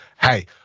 hey